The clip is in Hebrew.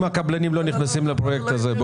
לא נכנסים לפרויקט הזה,